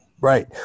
right